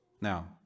Now